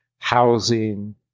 housing